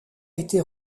été